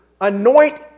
anoint